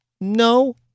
no